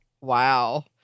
Wow